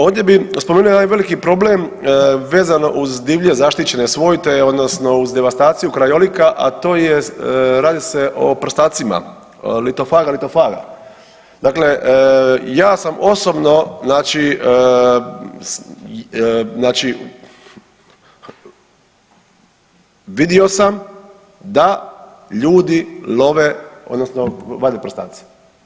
Ovdje bi spomenuo jedan veliki problem vezano uz divlje zaštićene svojte odnosno uz devastaciju krajolika, a to jest radi se o prstacima Lithophaga lithophaga, dakle ja sam osnovno znači, znači vidio sam da ljudi love odnosno vade prstace.